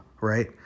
right